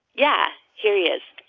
yeah. here he is